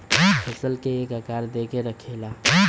फसल के एक आकार दे के रखेला